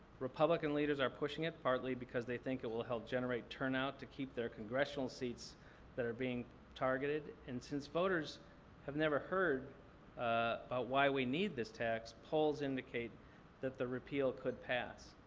republican leaders are pushing it, partly because they think it will help generate turnout to keep their congressional seats that are being targeted and since voters never heard about why we need this tax, polls indicate that the repeal could pass.